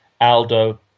Aldo